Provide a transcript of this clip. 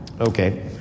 Okay